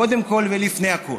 קודם כול ולפני הכול,